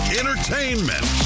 entertainment